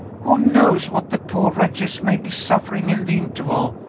who knows what the poor wretches may be suffering in the interval,